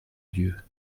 dieu